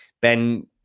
Ben